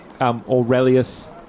Aurelius